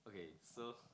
okay so